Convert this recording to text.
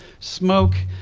smoke.